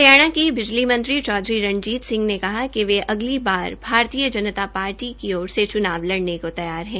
हरियाणा के बिजली मंत्री चौधरी रणजीत सिंह ने कहा कि वह अगली बार भारतीय जनता पार्टी से चुनाव लडने को तैयार हैं